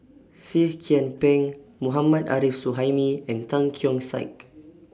Seah Kian Peng Mohammad Arif Suhaimi and Tan Keong Saik